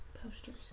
posters